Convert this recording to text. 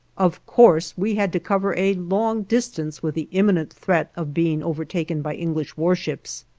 of course we had to cover a long distance with the imminent threat of being overtaken by english warships,